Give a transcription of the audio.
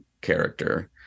character